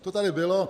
To tady bylo.